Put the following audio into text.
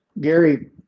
Gary